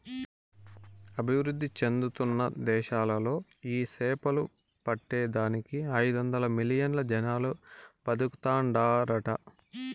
అభివృద్ధి చెందుతున్న దేశాలలో ఈ సేపలు పట్టే దానికి ఐదొందలు మిలియన్లు జనాలు బతుకుతాండారట